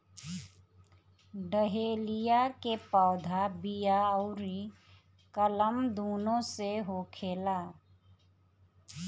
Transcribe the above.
dahlia के पौधा बिया अउरी कलम दूनो से होखेला